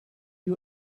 you